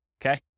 okay